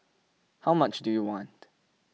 how much do you want